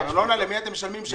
ארנונה לאיזה עיר אתם משלמים?